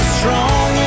strong